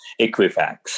Equifax